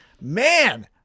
Man